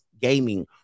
Gaming